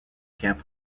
camp